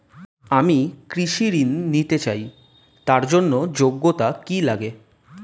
আমি কৃষি ঋণ নিতে চাই তার জন্য যোগ্যতা কি লাগে?